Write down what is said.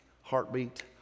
heartbeat